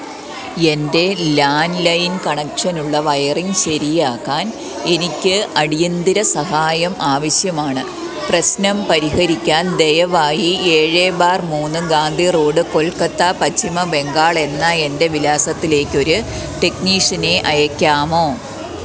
എൻ്റെ land line കണക്ഷനുള്ള വയറിംഗ് ശെരിയാക്കാൻ എനിക്ക് അടിയന്തര സഹായം ആവിശ്യമാണ് പ്രശ്നം പരിഹരിക്കാൻ ദയവായി ഏഴ് ബാർ മൂന്ന് ഗാന്ധി റോഡ് കൊൽക്കത്ത പശ്ചിമ ബംഗാൾ എന്ന എൻ്റെ വിലാസത്തിലേക്കൊര് ടെക്നീഷ്യനെ അയക്കാമോ